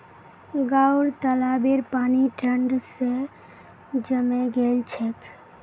गांउर तालाबेर पानी ठंड स जमें गेल छेक